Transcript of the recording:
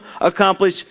accomplish